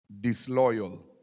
disloyal